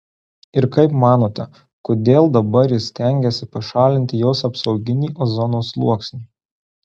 ir kaip manote kodėl dabar jis stengiasi pašalinti jos apsauginį ozono sluoksnį